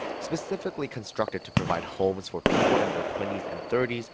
specifically constructed to provide homes for people in their twenty s and thirty s,